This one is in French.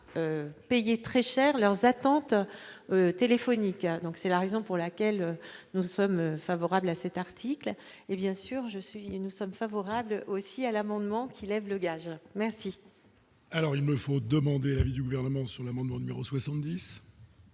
payer très cher leurs attentes, Telefonica, donc c'est la raison pour laquelle nous sommes favorables à cet article et bien sûr je suis nous sommes favorables aussi à l'amendement qui lève le gaz merci. Alors il me faut demander l'du gouvernement sur l'amendement numéro 70.